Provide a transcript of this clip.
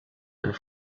and